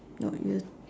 no y~